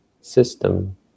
system